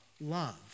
love